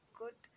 good